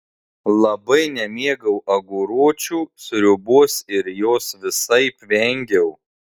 labai nemėgau aguročių sriubos ir jos visaip vengiau